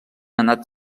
anat